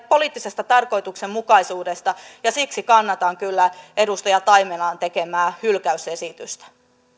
poliittisesta tarkoituksenmukaisuudesta ja siksi kannatan kyllä edustaja taimelan tekemää hylkäysesitystä